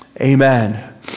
amen